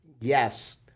yes